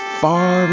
far